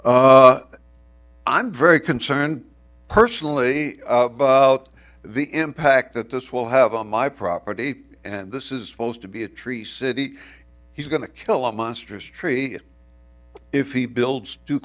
i'm very concerned personally the impact that this will have on my property and this is supposed to be a tree city he's going to kill a monstrous tree if he builds too